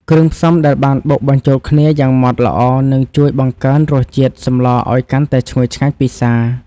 គ្រឿងផ្សំដែលបានបុកបញ្ចូលគ្នាយ៉ាងម៉ត់ល្អនឹងជួយបង្កើនរសជាតិសម្លឱ្យកាន់តែឈ្ងុយឆ្ងាញ់ពិសា។